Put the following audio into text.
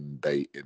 dating